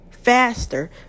Faster